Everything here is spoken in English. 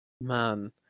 Man